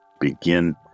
begin